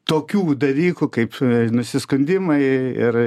tokių dalykų kaip nusiskundimai ir